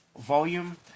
volume